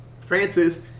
Francis